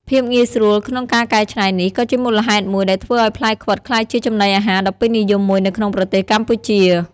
ភាពងាយស្រួលក្នុងការកែច្នៃនេះ ក៏ជាមូលហេតុមួយដែលធ្វើឲ្យផ្លែខ្វិតក្លាយជាចំណីអាហារដ៏ពេញនិយមមួយនៅក្នុងប្រទេសកម្ពុជា។